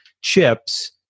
chips